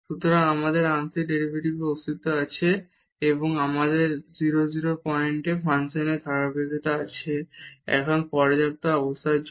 সুতরাং আমাদের আংশিক ডেরিভেটিভের অস্তিত্ব আছে এবং আমাদের 0 0 পয়েন্টে ফাংশনের ধারাবাহিকতা আছে এখন পর্যাপ্ত অবস্থার জন্য